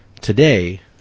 today